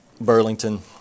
Burlington